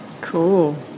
Cool